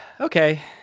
okay